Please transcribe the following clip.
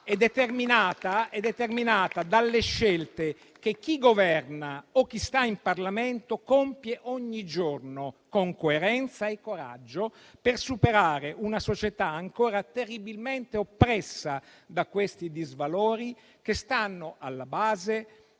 è determinata dalle scelte che chi governa o chi sta in Parlamento compie ogni giorno con coerenza e coraggio per superare una società ancora terribilmente oppressa da questi disvalori che stanno alla base